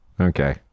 Okay